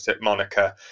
Monica